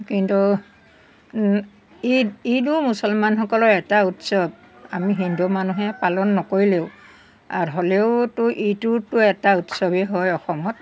কিন্তু ঈ ঈদো মুছলমানসকলৰ এটা উৎসৱ আমি হিন্দু মানুহে পালন নকৰিলেও হ'লেওতো ইটোতো এটা উৎসৱেই হয় অসমত